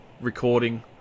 recording